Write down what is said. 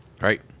right